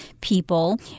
people